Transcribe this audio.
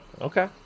Okay